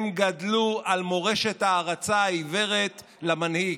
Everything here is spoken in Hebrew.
הם גדלו על מורשת הערצה עיוורת למנהיג.